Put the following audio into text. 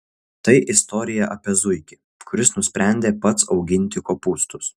tai istorija apie zuikį kuris nusprendė pats auginti kopūstus